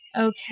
Okay